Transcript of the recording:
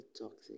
toxic